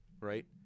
right